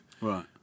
Right